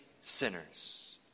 sinners